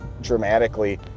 dramatically